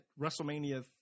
WrestleMania